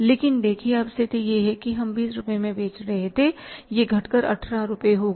लेकिन देखिए अब स्थिति यह है कि हम 20 रुपये में बेच रहे थे यह घटकर 18 रुपये हो गया